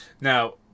Now